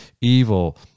Evil